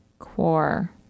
Quar